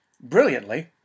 brilliantly